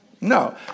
No